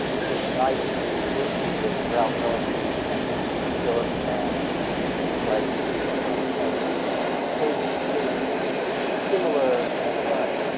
but there's a night at some university where ralph ellison and philip and writer c were on the same table feeling similar anxieties.